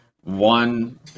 One